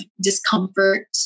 discomfort